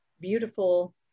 beautiful